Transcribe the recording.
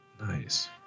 Nice